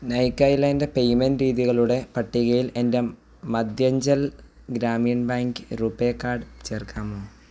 നൈകായിലെ എൻ്റെ പേയ്മെൻറ്റ് രീതികളുടെ പട്ടികയിൽ എൻ്റെ Madhyanchal Gramin bank RuPay card ചേർക്കാമോ